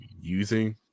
using